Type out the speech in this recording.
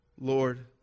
Lord